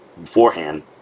beforehand